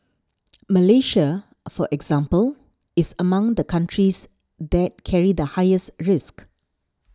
Malaysia for example is among the countries that carry the highest risk